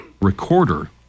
recorder